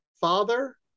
Father